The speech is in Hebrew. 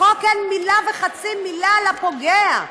בחוק אין מילה וחצי מילה על הפוגע,